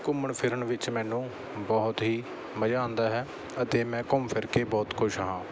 ਘੁੰਮਣ ਫਿਰਨ ਵਿੱਚ ਮੈਨੂੰ ਬਹੁਤ ਹੀ ਮਜ਼ਾ ਆਉਂਦਾ ਹੈ ਅਤੇ ਮੈਂ ਘੁੰਮ ਫਿਰ ਕੇ ਬਹੁਤ ਖੁਸ਼ ਹਾਂ